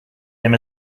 him